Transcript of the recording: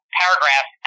paragraph